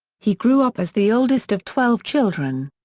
he grew up as the oldest of twelve children.